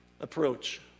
approach